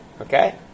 Okay